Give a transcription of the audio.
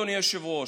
אדוני היושב-ראש,